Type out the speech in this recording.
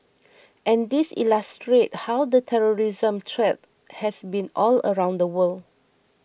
and these illustrate how the terrorism threat has been all around the world